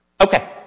Okay